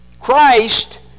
Christ